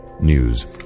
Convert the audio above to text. News